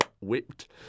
whipped